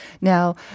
Now